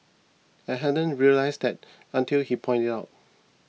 I hadn't realised that until he pointed it out